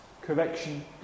correction